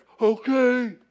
okay